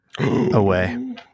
away